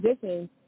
positions